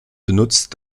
benutzt